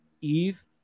Eve